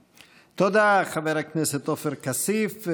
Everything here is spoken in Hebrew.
תודה, חבר הכנסת עופר כסיף.